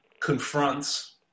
confronts